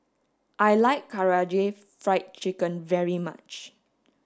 I like Karaage Fried Chicken very much